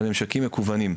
על ממשקים מקוונים.